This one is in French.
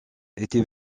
était